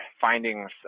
findings